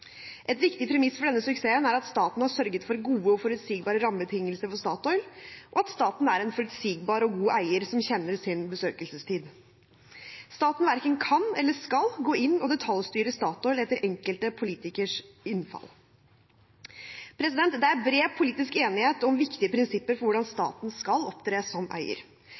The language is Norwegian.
Et viktig premiss for denne suksessen er at staten har sørget for gode og forutsigbare rammebetingelser for Statoil, og at staten er en forutsigbar og god eier som kjenner sin besøkelsestid. Staten verken kan eller skal gå inn og detaljstyre Statoil etter enkelte politikeres innfall. Det er bred politisk enighet om viktige prinsipper for hvordan staten skal opptre som eier.